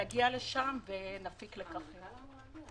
נגיע לשם ונפיק לקחים.